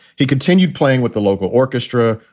he continued playing with the local orchestra,